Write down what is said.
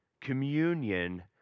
Communion